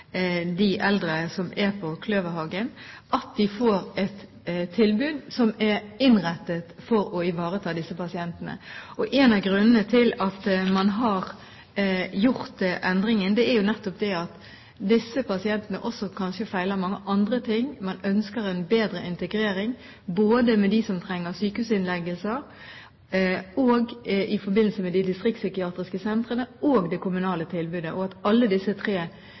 er det viktig at tilbudet er innrettet for å ivareta disse pasientene. En av grunnene til at man har gjort endringen, er jo nettopp at disse pasientene kanskje feiler mange andre ting. Man ønsker bedre integrering når det gjelder både dem som trenger sykehusinnleggelse, de distriktspsykiatriske sentrene og det kommunale tilbudet. Alle disse tre